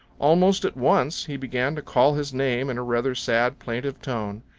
almost at once he began to call his name in a rather sad, plaintive tone,